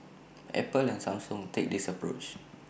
Apple and Samsung take this approach